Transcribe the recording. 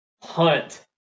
Hunt